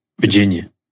Virginia